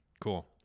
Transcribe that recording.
Cool